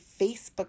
Facebook